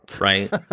Right